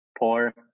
poor